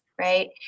right